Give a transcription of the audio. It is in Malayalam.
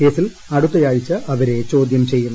കേസിൽ അടുത്തയാഴ്ച അവരെ ചോദ്യം ചെയ്യും